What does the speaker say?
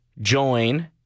join